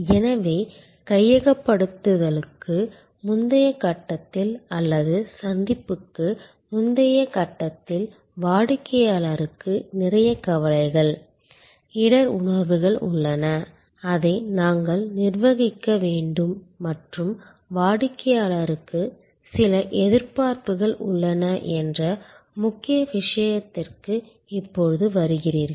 எனவே கையகப்படுத்துதலுக்கு முந்தைய கட்டத்தில் அல்லது சந்திப்புக்கு முந்தைய கட்டத்தில் வாடிக்கையாளருக்கு நிறைய கவலைகள் இடர் உணர்வுகள் உள்ளன அதை நாங்கள் நிர்வகிக்க வேண்டும் மற்றும் வாடிக்கையாளருக்கு சில எதிர்பார்ப்புகள் உள்ளன என்ற முக்கிய விஷயத்திற்கு இப்போது வருகிறீர்கள்